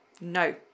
No